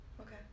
Okay